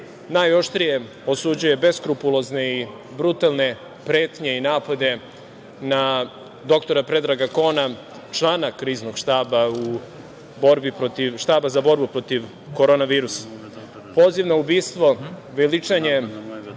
najoštrije osuđuje beskrupulozne i brutalne pretnje i napade na dr Predraga Kona, člana Kriznog štaba, štaba za borbu protiv korona virusa. Poziv na ubistvo, veličanje